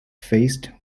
faced